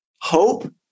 hope